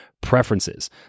preferences